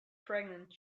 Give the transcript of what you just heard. pregnant